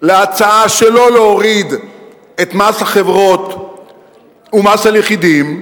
להצעה שלא להוריד את מס החברות ומס על יחידים,